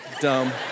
dumb